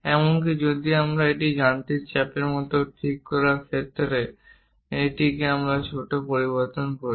এমনকি যদি আমরা এটিকে যান্ত্রিক চাপের মতো ঠিক করার ক্ষেত্রে এটিকে একটি ছোট পরিবর্তন করি